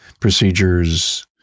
procedures